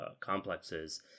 complexes